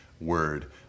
word